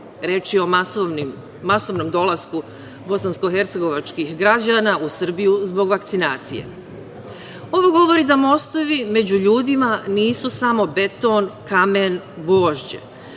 Reč je o masovnom dolasku bosansko-hercegovačkih građana u Srbiju zbog vakcinacije. Ovo govori da mostovi među ljudima nisu samo beton, kamen, gvožđe.